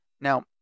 Now